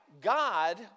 God